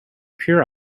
pure